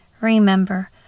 Remember